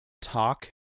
talk